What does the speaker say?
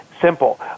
simple